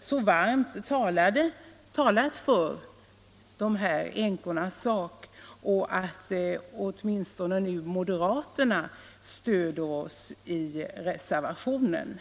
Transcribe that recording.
så varmt har talat i änkornas sak och att åtminstone moderaterna nu stöder oss i reservationen.